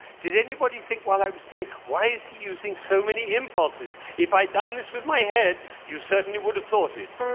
did anybody think while i was playing, why is he using so many impulses? if i'd done this with my head you certainly would have thought it.